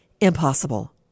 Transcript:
impossible